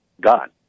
God